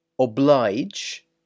oblige